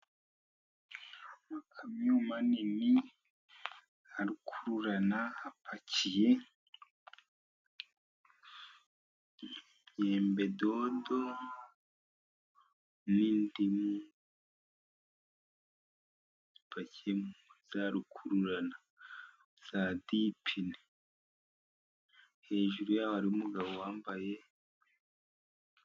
Amakamyo manini ya rukururana apakiye yembedodo n'indimu, bipakiye muri za rukururana za dipine. Hejuru yaho hariho umugabo wambaye...